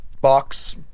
box